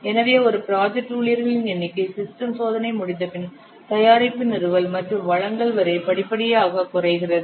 எனவே ஒரு ப்ராஜெக்ட் ஊழியர்களின் எண்ணிக்கை சிஸ்டம் சோதனை முடிந்தபின் தயாரிப்பு நிறுவல் மற்றும் வழங்கல் வரை படிப்படியாக குறைகிறது